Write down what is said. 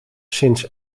sinds